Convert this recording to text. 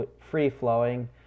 free-flowing